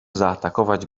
zaatakować